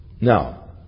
Now